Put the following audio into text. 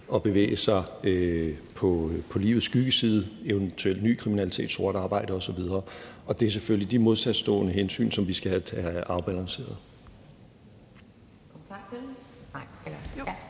at bevæge sig på livets skyggeside; eventuelt ny kriminalitet, sort arbejde osv. Og det er selvfølgelig de modsatstående hensyn, som vi skal have afbalanceret.